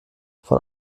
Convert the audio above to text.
von